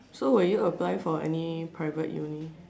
so will you apply for any private uni